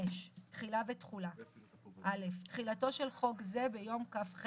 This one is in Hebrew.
תחילה ותחולה 5. (א)תחילתו של חוק זה ביום כ"ח